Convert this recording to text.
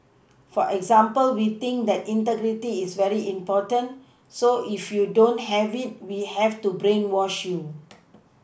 for example we think that integrity is very important so if you don't have it we have to brainwash you